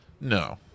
No